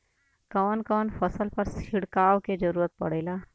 कवन कवन फसल पर छिड़काव के जरूरत पड़ेला?